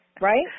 right